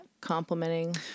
complimenting